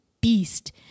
beast